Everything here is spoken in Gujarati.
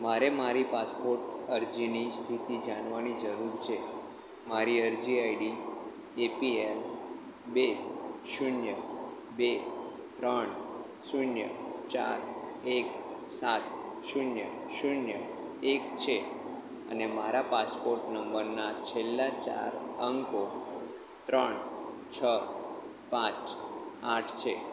મારે મારી પાસપોર્ટ અરજીની સ્થિતિ જાણવાની જરૂર છે મારી અરજી આઈડી એપીએલ બે શૂન્ય બે ત્રણ શૂન્ય ચાર એક સાત શૂન્ય શૂન્ય એક છે અને મારા પાસપોર્ટ નંબરના છેલ્લા ચાર અંકો ત્રણ છ પાંચ આઠ છે